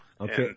Okay